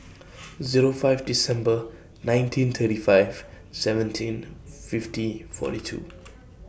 Zero five December nineteen thirty five seventeen fifty forty two